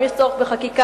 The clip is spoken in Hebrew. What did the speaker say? אם יש צורך בחקיקה,